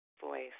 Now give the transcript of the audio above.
voice